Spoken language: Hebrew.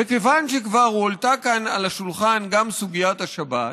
וכיוון שכבר הועלתה כאן על השולחן גם סוגיית השבת,